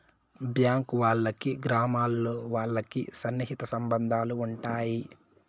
bank వాళ్ళకి గ్రామాల్లో వాళ్ళకి సన్నిహిత సంబంధాలు ఉంటాయి